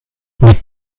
mit